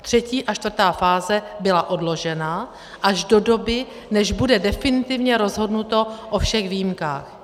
Třetí a čtvrtá fáze byla odložena až do doby, než bude definitivně rozhodnuto o všech výjimkách.